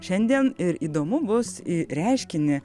šiandien ir įdomu bus į reiškinį